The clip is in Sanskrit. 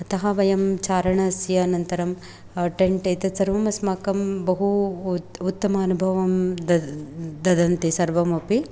अतः वयं चारणस्य अनन्तरं टेन्ट् एतत् सर्वम् अस्माकं बहु उत्तमानुभवं तु ददन्ति सर्वमपि